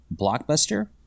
Blockbuster